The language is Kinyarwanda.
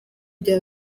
bya